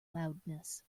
loudness